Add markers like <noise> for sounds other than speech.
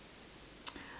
<noise>